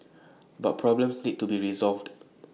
but problems need to be resolved